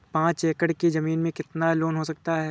पाँच एकड़ की ज़मीन में कितना लोन हो सकता है?